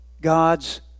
God's